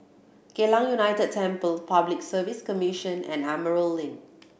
Geylang United Temple Public Service Commission and Emerald Link